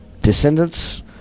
descendants